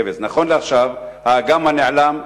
נכון לעכשיו האגם הנעלם,